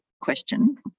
question